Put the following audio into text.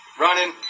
running